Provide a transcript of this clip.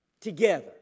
together